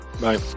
Bye